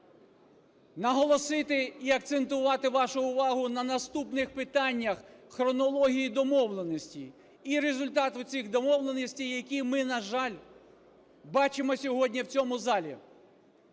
наголосити і акцентувати вашу увагу на наступних питаннях: хронології домовленостей і результату цих домовленостей, які ми, на жаль, бачимо сьогодні в цьому залі.